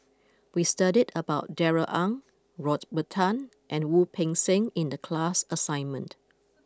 we studied about Darrell Ang Robert Tan and Wu Peng Seng in the class assignment